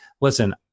Listen